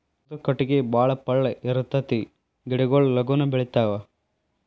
ಮೃದು ಕಟಗಿ ಬಾಳ ಪಳ್ಳ ಇರತತಿ ಗಿಡಗೊಳು ಲಗುನ ಬೆಳಿತಾವ